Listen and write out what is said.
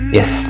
Yes